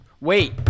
Wait